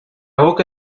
boca